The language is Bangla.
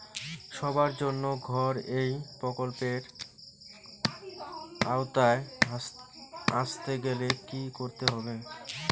সবার জন্য ঘর এই প্রকল্পের আওতায় আসতে গেলে কি করতে হবে?